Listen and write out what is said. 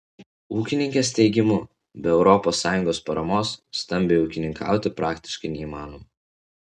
ūkininkės teigimu be europos sąjungos paramos stambiai ūkininkauti praktiškai neįmanoma